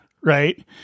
Right